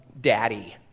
Daddy